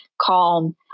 calm